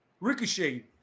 Ricochet